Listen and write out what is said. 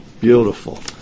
Beautiful